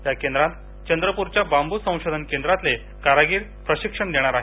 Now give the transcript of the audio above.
या केंद्रांत चंद्रपूरच्या बांबू संशोधन केंद्रातले कारागीर प्रशिक्षण देणार आहेत